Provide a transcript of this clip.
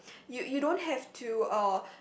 you you don't have to uh